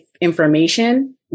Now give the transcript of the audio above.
information